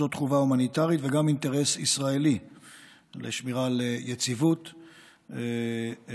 זאת חובה הומניטרית וגם אינטרס ישראלי לשמירה על יציבות ביטחונית,